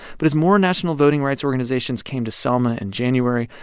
but as more national voting rights organizations came to selma in january,